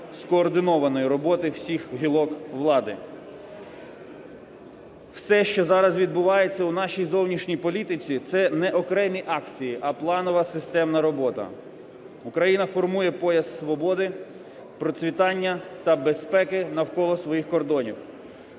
скоординованої роботи всіх гілок влади. Все, що зараз відбувається у нашій зовнішній політиці, – це не окремі акції, а планова системна робота. Україна формує пояс свободи, процвітання та безпеки навколо своїх кордонів.